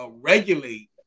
regulate